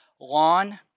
lawn